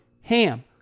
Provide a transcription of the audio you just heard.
HAM